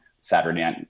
Saturday